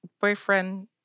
boyfriend